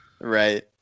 Right